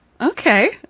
Okay